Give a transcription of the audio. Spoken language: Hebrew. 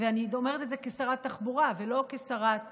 ואני אומרת את זה כשרת תחבורה, לא כשרת